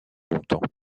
longtemps